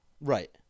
Right